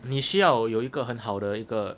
你需要有一个很好的一个